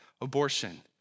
abortion